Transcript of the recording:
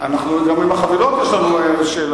גם עם החבילות יש לנו בעיה.